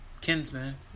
kinsman